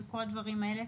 וכל הדברים האלה.